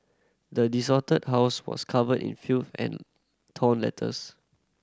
the desolated house was covered in filth and torn letters